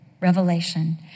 revelation